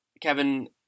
Kevin